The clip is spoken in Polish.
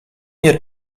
nie